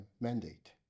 mandate